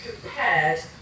compared